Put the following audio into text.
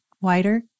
wider